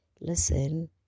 listen